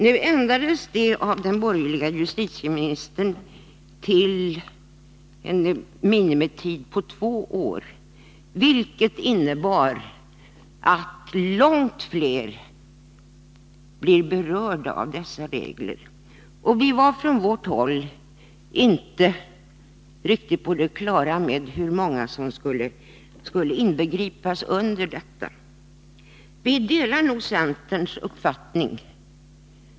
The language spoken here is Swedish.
Nu ändrades denna regel av den borgerlige justitieministern, så att strafftiden skulle vara minst två år, och det gör att långt fler berörs av dessa regler. Vi var från vårt håll inte riktigt på det klara med hur många som skulle inbegripas i detta. Vi delar nog centerns uppfattning på den punkten.